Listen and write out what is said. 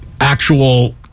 actual